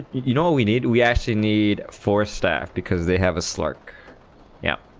you know we need we actually need four staff because they have a slur yeah